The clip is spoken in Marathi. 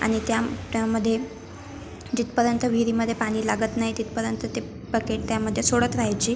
आणि त्या त्यामध्ये जिथपर्यंत विहिरीमध्ये पाणी लागत नाही तिथपर्यंत ते बकेट त्यामध्ये सोडत राहायची